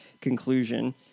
conclusion